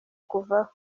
kuvaho